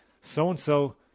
so-and-so